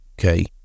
okay